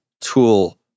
tool